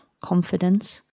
confidence